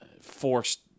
forced